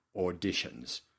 auditions